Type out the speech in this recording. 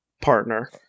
Partner